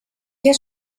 què